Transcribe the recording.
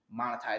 monetize